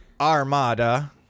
Armada